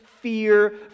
fear